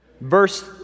Verse